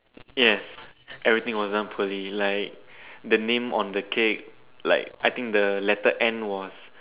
yes everything was done poorly like the name on the cake like I think the letter N was